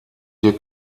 hier